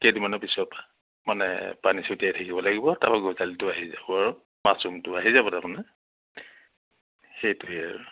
কেইদিনমানৰ পিছত মানে পানী ছটিয়াই থাকিব লাগিব তাপা গজালিটো আহি যাব আৰু মাছ্ৰুমটো আহি যাব তাৰমানে সেইটোৱে আৰু